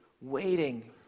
waiting